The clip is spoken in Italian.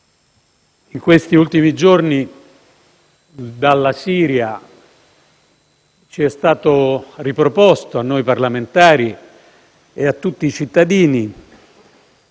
in questi ultimi giorni dalla Siria è stato riproposto a noi parlamentari e a tutti i cittadini